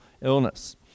illness